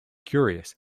curious